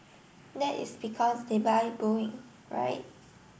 that is because they buy Boeing right